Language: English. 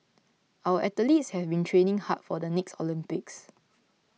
our athletes have been training hard for the next Olympics